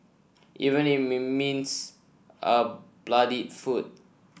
even means a bloodied foot